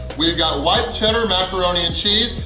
we've got white cheddar macaroni and cheese,